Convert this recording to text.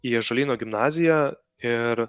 į atžalyno gimnaziją ir